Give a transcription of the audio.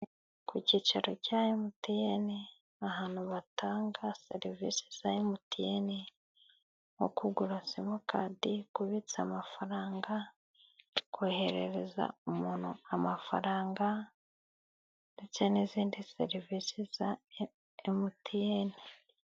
Ku cyicaro cya emutiyene， ahantu batanga serivisi za emutiyene，mu kugura simukadi， kubitsa amafaranga， koherereza umuntu amafaranga， ndetse n'izindi serivisi za emutiyene.